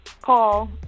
Call